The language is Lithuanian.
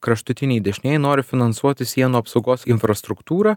kraštutiniai dešnieji nori finansuoti sienų apsaugos infrastruktūrą